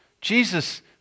Jesus